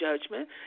judgment